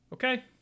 Okay